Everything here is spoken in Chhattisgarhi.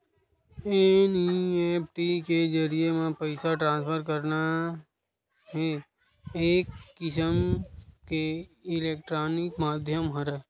एन.इ.एफ.टी के जरिए म पइसा ट्रांसफर करना ह एक किसम के इलेक्टानिक माधियम हरय